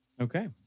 Okay